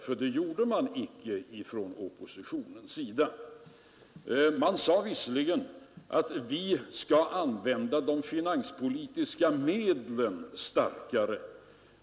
För det gjorde man icke från oppositionens sida. Man sade visserligen att vi skall använda de finanspolitiska medlen starkare.